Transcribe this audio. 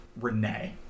Renee